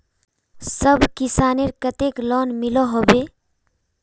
सब किसानेर केते लोन मिलोहो होबे?